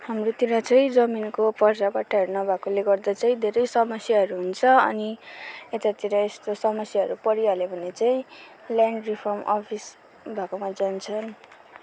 हाम्रोतिर चाहिँ जमिनको पर्जापट्टाहरू नभएकोले गर्दा चाहिँ धेरै समस्याहरू हुन्छ अनि यतातिर यस्तो समस्याहरू परिहाल्यो भने चाहिँ ल्यान्ड रिफर्म अफिस भएकोमा जान्छन्